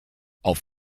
auf